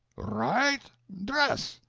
right dress!